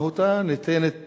מהותה ניתנת